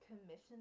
commission